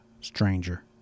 Stranger